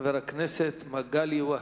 חבר הכנסת מגלי והבה,